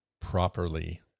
properly